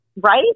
right